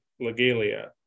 Legalia